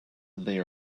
they